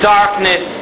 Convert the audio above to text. darkness